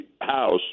house